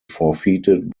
forfeited